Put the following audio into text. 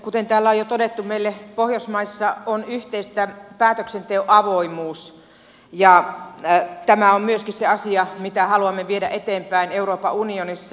kuten täällä on jo todettu meille pohjoismaissa on yhteistä päätöksenteon avoimuus ja tämä on myöskin se asia mitä haluamme viedä eteenpäin euroopan unionissa